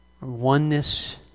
Oneness